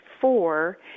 four